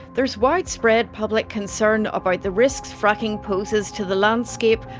there's widespread public concern about the risks fracking poses to the landscape,